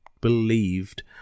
believed